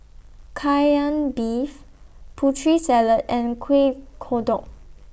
Kai Lan Beef Putri Salad and Kuih Kodok